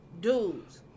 Dudes